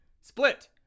split